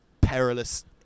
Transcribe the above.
perilous